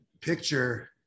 picture